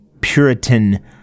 Puritan